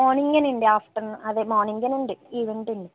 మార్నింగే నండీ ఆఫ్టర్ అదే మార్నింగే నండీ ఈవెంట్ అండి